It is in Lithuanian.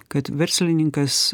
kad verslininkas